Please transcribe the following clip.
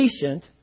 patient